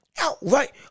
outright